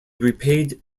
repaid